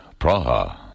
Praha